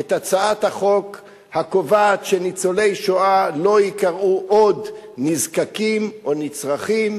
את הצעת החוק הקובעת שניצולי השואה לא ייקראו עוד "נזקקים" או "נצרכים",